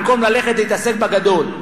במקום ללכת להתעסק בגדול.